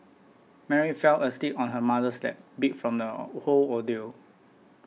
Mary fell asleep on her mother's lap beat from the whole ordeal